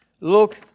Look